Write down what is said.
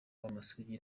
b’amasugi